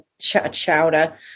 chowder